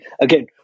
again